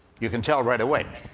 you can tell right away.